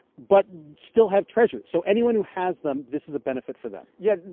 but still have treasurys. so anyone who has them, this is a benefit for them yeah.